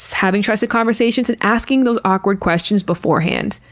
having trusted conversations and asking those awkward questions beforehand.